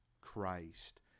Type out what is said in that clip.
Christ